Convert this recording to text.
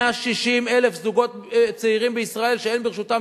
160,000 זוגות צעירים בישראל שאין ברשותם